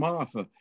Martha